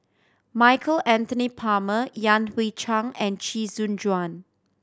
Michael Anthony Palmer Yan Hui Chang and Chee Soon Juan